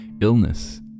illness